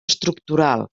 estructural